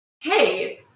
hey